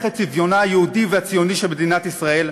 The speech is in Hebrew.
את צביונה היהודי והציוני של מדינת ישראל,